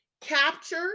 capture